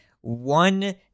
one